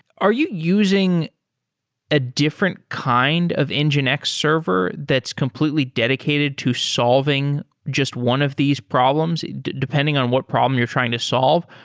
are you using a different kind of nginx server that's completely dedicated to solving just one of these problems depending on what problem you're trying to solve,